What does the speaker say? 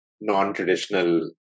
non-traditional